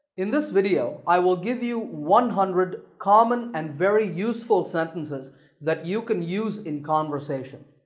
in this video i will give you one hundred common and very useful sentences that you can use in conversation.